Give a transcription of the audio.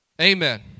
Amen